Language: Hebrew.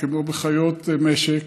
כמו בחיות משק,